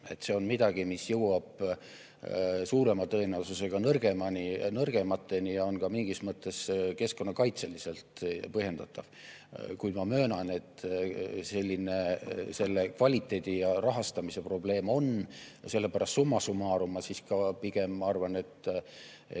See on midagi, mis jõuab suurema tõenäosusega nõrgemateni ja on ka mingis mõttes keskkonnakaitseliselt põhjendatav. Kuid ma möönan, et selle kvaliteedi ja rahastamise probleem on, sellepärastsumma summarumma siiski pigem arvan, et